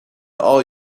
all